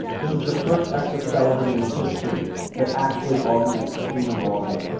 this is the first exoskeleton in history that actually augments human walking.